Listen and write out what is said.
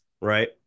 right